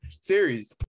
series